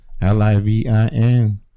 L-I-V-I-N